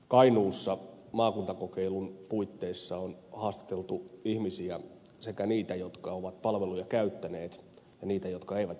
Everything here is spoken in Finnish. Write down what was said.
kainuussa maakuntakokeilun puitteissa on haastateltu ihmisiä sekä niitä jotka ovat palveluja käyttäneet että niitä jotka eivät ole käyttäneet